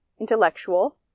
intellectual